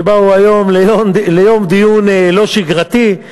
שבאו היום ליום דיון לא שגרתי,